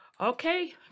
Okay